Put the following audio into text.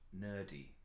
nerdy